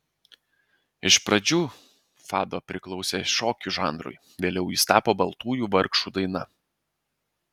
iš pradžių fado priklausė šokio žanrui vėliau jis tapo baltųjų vargšų daina